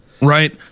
Right